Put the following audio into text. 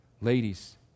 Ladies